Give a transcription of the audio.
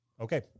Okay